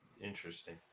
interesting